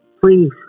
Please